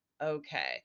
okay